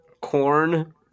corn